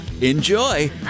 Enjoy